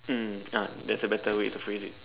mm ah that's a better way to phrase it